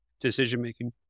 decision-making